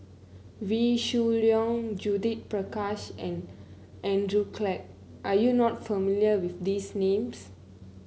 Wee Shoo Leong Judith Prakash and Andrew Clarke are you not familiar with these names